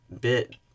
bit